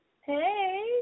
Hey